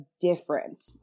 different